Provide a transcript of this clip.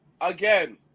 again